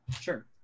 Sure